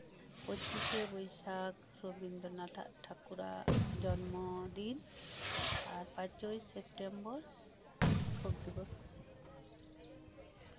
ᱯᱚᱸᱪᱤᱥᱮ ᱵᱳᱭᱥᱟᱠᱷ ᱨᱚᱵᱤᱱᱫᱽᱨᱚᱱᱟᱛᱷ ᱴᱷᱟᱹᱠᱩᱨᱟᱜ ᱡᱚᱱᱢᱚ ᱫᱤᱱ ᱟᱨ ᱯᱟᱸᱪᱳᱭ ᱥᱮᱯᱴᱮᱢᱵᱚᱨ ᱥᱤᱠᱠᱷᱚᱠ ᱫᱤᱵᱚᱥ